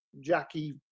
jackie